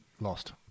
Lost